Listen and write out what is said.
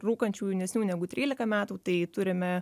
rūkančių jaunesnių negu trylika metų tai turime